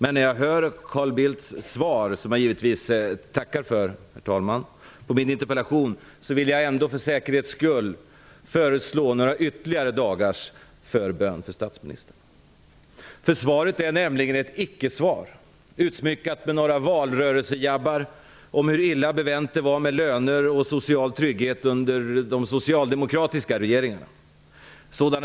Men när jag hör Carl Bildts svar -- som jag givetvis tackar för, herr talman -- på min interpellation vill jag ändå för säkerhets skull föreslå några ytterligare dagars förbön för statsministern. Svaret är nämligen ett icke-svar, utsmyckat med några valrörelsejabbar om hur illa bevänt det var med löner och social trygghet under de socialdemokratiska regeringarna.